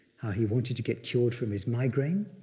how he wanted to get cured from his migraine,